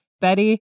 Betty